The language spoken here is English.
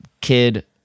kid